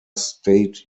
state